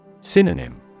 Synonym